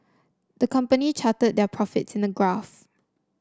the company charted their profits in a graph